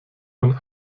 man